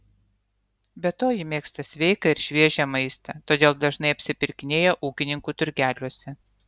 be to ji mėgsta sveiką ir šviežią maistą todėl dažnai apsipirkinėja ūkininkų turgeliuose